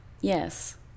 Yes